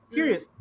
Curious